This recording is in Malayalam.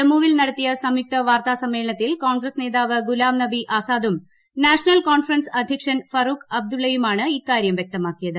ജമ്മുവിൽ നടത്തിയ സംയുക്ത വാർത്താ സമ്മേളനത്തിൽ കോൺഗ്രസ് നേതാവ് ഗുലാം നബി ആസാദും നാഷണൽ കോൺഫറൻസ് അധ്യക്ഷൻ ഫറൂഖ് അബ്ദുള്ളയുമാണ് ഇക്കാര്യം വൃക്തമാക്കിയത്